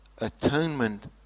atonement